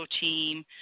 team